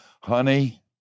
honey